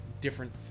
different